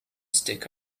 stick